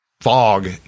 fog